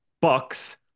Bucks